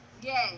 Yes